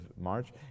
March